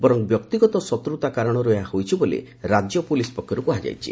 ବର୍ଚ୍ଚ ବ୍ୟକ୍ତିଗତ ଶତ୍ରତା କାରଣରୁ ଏହା ହୋଇଛି ବୋଲି ରାଜ୍ୟ ପୋଲିସ ପକ୍ଷର୍ କୁହାଯାଇଛି